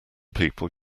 people